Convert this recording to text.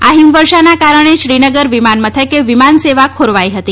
આ હિમવર્ષાના કારણે શ્રીનગર વિમાન મથકે વિમાન સેવા ખોરવાઈ હતી